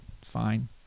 fine